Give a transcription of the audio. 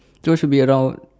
so should be around